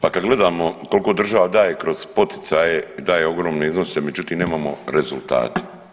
Pa kad gledamo koliko država daje kroz poticaje i daje ogromne iznose međutim nemamo rezultata.